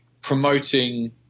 promoting